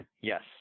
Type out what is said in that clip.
Yes